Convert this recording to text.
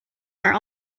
are